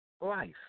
life